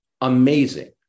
amazing